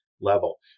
level